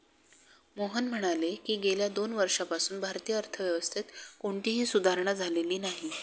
मोहन म्हणाले की, गेल्या दोन वर्षांपासून भारतीय अर्थव्यवस्थेत कोणतीही सुधारणा झालेली नाही